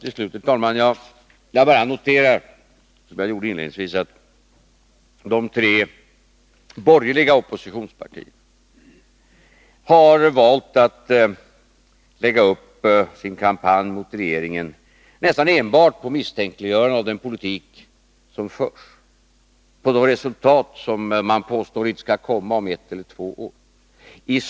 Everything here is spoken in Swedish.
Till slut, herr talman, vill jag bara notera, som jag gjorde inledningsvis, att de tre borgerliga oppositionspartierna har valt att lägga upp sin kampanj mot regeringen nästan enbart på misstänkliggörande av den politik som förs, på påståenden att resultaten inte skall komma om ett eller två år.